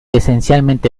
esencialmente